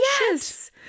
yes